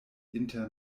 inter